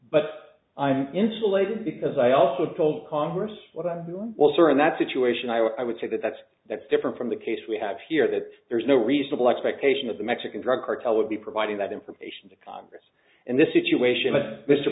but i'm insulated because i also told congress what i'm doing well sir in that situation i would say that that's that's different from the case we have here that there's no reasonable expectation that the mexican drug cartel would be providing that information to congress in this situation